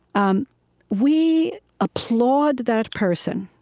um we applaud that person